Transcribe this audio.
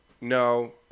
no